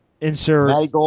insert